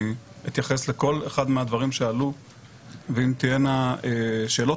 אני אתייחס לכל אחד מהדברים שעלו ואם תהיינה שאלות